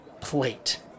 plate